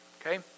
okay